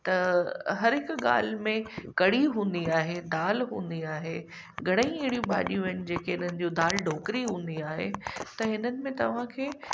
त हर हिक ॻाल्हि में कढ़ी हूंदी आहे दाल हूंदी आहे घणे ई अहिड़ियूं भाॼियूं आहिनि जेके हिननि जूं दाल ढोकरी हूंदी आहे त हिननि में तव्हां खे